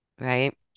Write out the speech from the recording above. Right